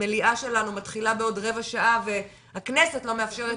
המליאה שלנו מתחילה עוד רבע שעה והכנסת לא מאפשרת